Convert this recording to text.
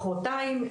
מחרתיים,